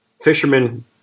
fishermen